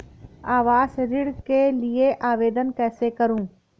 आवास ऋण के लिए आवेदन कैसे करुँ?